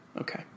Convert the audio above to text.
Okay